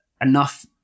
enough